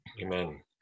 Amen